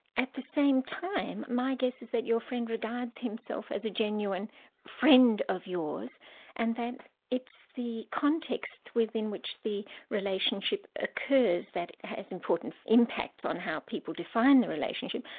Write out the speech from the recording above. at the same time, my guess is that your friend regards himself as a genuine friend of yours and that it's the context within which the relationship occurs that has important impacts on how people define the relationship.